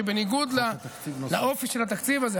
שבניגוד לאופי של התקציב הזה,